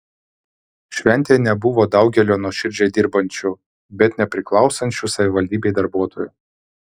šventėje nebuvo daugelio nuoširdžiai dirbančių bet nepriklausančių savivaldybei darbuotojų